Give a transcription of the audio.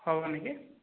ହେବନି କି